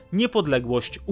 niepodległość